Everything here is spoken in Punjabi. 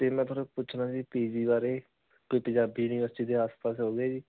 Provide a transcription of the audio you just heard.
ਅਤੇ ਮੈਂ ਤੁਹਾਨੂੰ ਪੁੱਛਣਾ ਜੀ ਪੀਜੀ ਬਾਰੇ ਕੋਈ ਪੰਜਾਬੀ ਯੂਨੀਵਰਸਿਟੀ ਦੇ ਆਸ ਪਾਸ ਹੋਵੇ ਜੀ